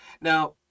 now